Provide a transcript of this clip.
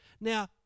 Now